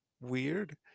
weird